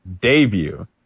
debut